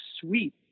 sweet